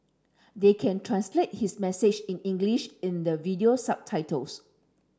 they can translate his message in English in the video subtitles